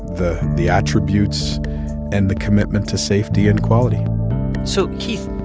the the attributes and the commitment to safety and quality so keith,